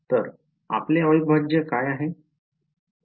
तर आपले अविभाज्य काय आहे